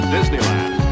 Disneyland